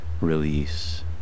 Release